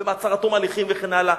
ומעצר עד תום ההליכים וכן הלאה,